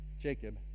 Jacob